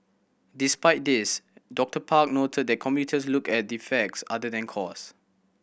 despite this Doctor Park noted that commuters look at the facts other than cost